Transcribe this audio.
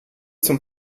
zum